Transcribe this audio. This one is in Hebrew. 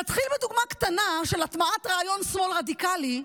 נתחיל בדוגמה קטנה של הטמעת רעיון שמאל רדיקלי,